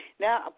Now